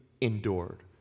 endured